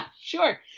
sure